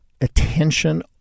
attention